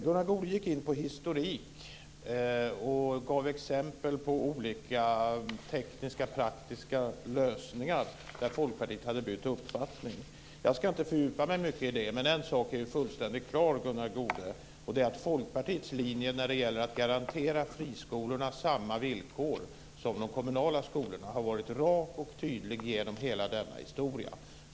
Gunnar Goude gick in på historik och gav exempel på olika tekniska och praktiska lösningar där Folkpartiet hade bytt uppfattning. Jag ska inte fördjupa mig mycket i det, men en sak är fullständigt klart, och det är att Folkpartiets linje när det gäller att garantera friskolorna samma villkor som de kommunala skolorna har varit rak och tydlig genom hela denna historia.